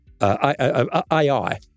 AI